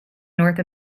north